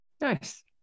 Nice